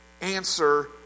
answer